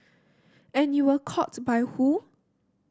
and you were caught by who